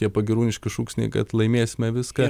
tie pagyrūniški šūksniai kad laimėsime viską